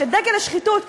דגל השחיתות,